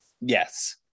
Yes